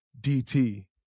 DT